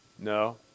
No